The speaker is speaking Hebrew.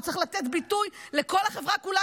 וצריך לתת ביטוי לכל החברה כולה,